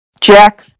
Jack